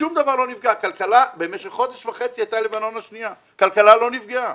שום דבר לא נפגע .במשך חודש וחצי הייתה לבנון השנייה והכלכלה לא נפגעה.